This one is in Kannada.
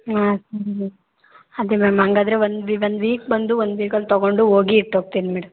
ಹಾಗೆ ಮ್ಯಾಮ್ ಹಂಗಾದ್ರೆ ಒಂದು ಒಂದು ವೀಕ್ ಬಂದು ಒಂದು ವೀಕಲ್ಲಿ ತೊಗೊಂಡು ಹೋಗಿ ಇಟ್ಟು ಹೋಗ್ತಿನ್ ಮೇಡಮ್